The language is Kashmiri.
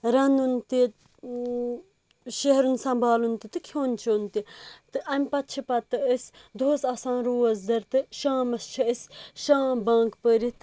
رَنُن تہِ شِہرُن سَنبالُن تہٕ تہِ کھیٚون چیٚون تہِ تہٕ امہِ پَتہٕ چھِ پَتہٕ أسۍ دۄہَس آسان روزدَر تہٕ شامَس چھِ أسۍ شام بانٛگ پٔرِتھ